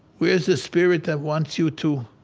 where's the spirit that wants you to